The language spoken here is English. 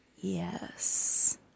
Yes